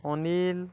Anil